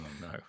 no